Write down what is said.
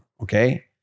okay